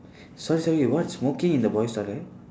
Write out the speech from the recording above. sorry sorry what smoking in the boys' toilet